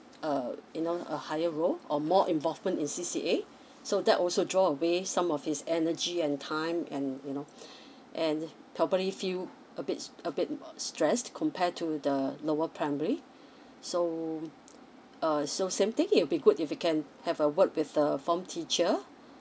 uh you know a higher role or more involvement in C_C_A so that also draw away some of his energy and time and you know and probably feel a bit s~ a bit uh stressed compare to the lower primary so uh so same thing it will be good if you can have a word with the form teacher